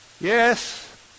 Yes